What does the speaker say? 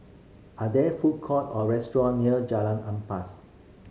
are there food court or restaurant near Jalan Ampas